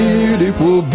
Beautiful